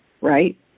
right